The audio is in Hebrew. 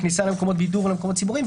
בכניסה למקומות בידור ולמקומות ציבוריים,